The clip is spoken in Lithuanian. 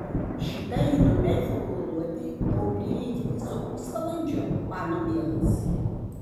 šitai įdomiai formuluotei tau prireikė viso pusvalandžio mano mielas